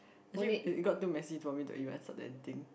actually it got too messy for me to anything